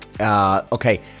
Okay